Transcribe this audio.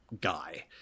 guy